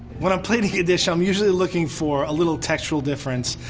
when i'm plating a dish i'm usually looking for a little textural difference,